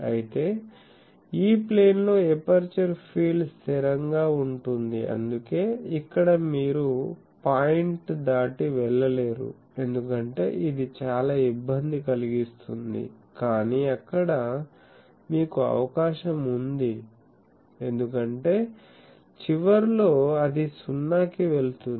అయితే E ప్లేన్లో aperture field స్థిరంగా ఉంటుంది అందుకే ఇక్కడ మీరు పాయింట్ దాటి వెళ్ళలేరు ఎందుకంటే ఇది చాలా ఇబ్బంది కలిగిస్తుంది కాని అక్కడ మీకు అవకాశం ఉంది ఎందుకంటే చివర్లో అది 0 కి వెళుతుంది